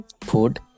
food